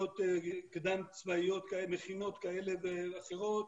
מכינות כאלה ואחרות,